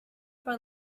for